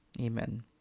Amen